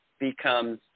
becomes